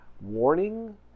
warning